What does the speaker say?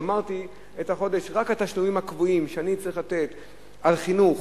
גמרתי את החודש רק על התשלומים הקבועים שאני צריך לתת על חינוך,